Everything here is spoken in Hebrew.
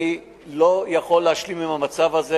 אני לא יכול להשלים עם המצב הזה,